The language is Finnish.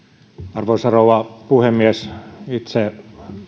arvoisa rouva puhemies itse